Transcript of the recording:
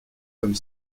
comme